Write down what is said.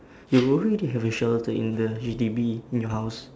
you worry they have a shelter in the H_D_B in our house